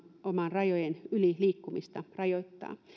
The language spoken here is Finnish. rajojen yli liikkumista rajoittaa